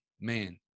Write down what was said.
man